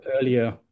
earlier